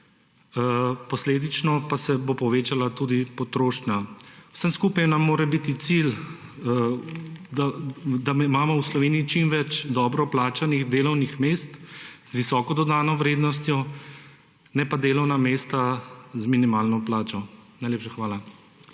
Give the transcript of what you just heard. posledično pa se bo povečala tudi potrošnja. Vsem skupaj nam mora biti cilj, da imamo v Sloveniji čim več dobro plačanih delovnih mest z visoko dodano vrednostjo, ne pa delovna mesta z minimalno plačo. Najlepša hvala.